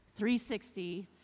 360